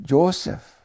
Joseph